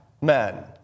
men